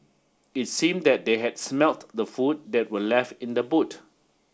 it seem that they had smelt the food that were left in the boot